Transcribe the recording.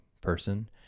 person